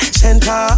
center